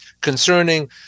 concerning